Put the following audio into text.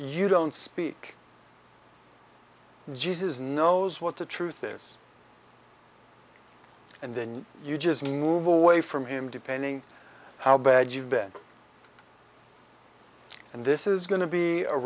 you don't speak jesus knows what the truth is and then you just move away from him depending how bad you've been and this is going to be a